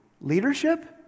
Leadership